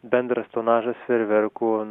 bendras tonažas fejerverkų